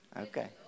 Okay